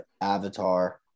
Avatar